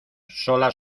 sola